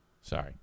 Sorry